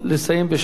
אני מסיים.